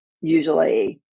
Usually